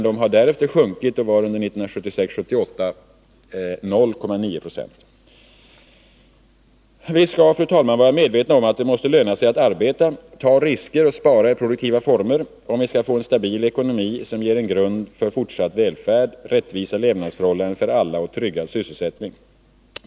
De har därefter sjunkit och var 0,9 26 under åren 1976-1978. Vi skall, fru talman, vara medvetna om att det måste löna sig att arbeta, ta risker och spara i produktiva former om vi skall få en stabil ekonomi som ger en grund för fortsatt välfärd, rättvisa levnadsförhållanden för alla och tryggad sysselsättning.